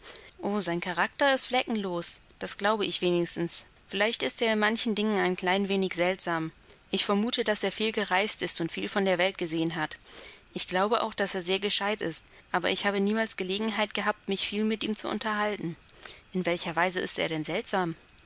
o sein charakter ist fleckenlos das glaube ich wenigstens vielleicht ist er in manchen dingen ein klein wenig seltsam ich vermute daß er viel gereist ist und viel von der welt gesehen hat ich glaube auch daß er sehr gescheit ist aber ich habe niemals gelegenheit gehabt mich viel mit ihm zu unterhalten in welcher weise ist er denn seltsam